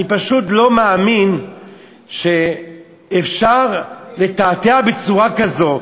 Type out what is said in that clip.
אני פשוט לא מאמין שאפשר לתעתע בצורה כזאת,